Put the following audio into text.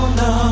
no